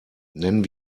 nennen